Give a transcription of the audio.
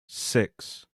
six